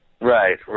Right